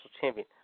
Champion